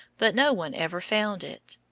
but no one ever found it.